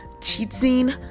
cheating